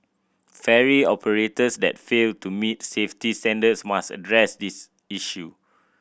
ferry operators that fail to meet safety standards must address this issue